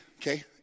okay